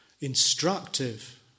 instructive